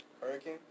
Hurricane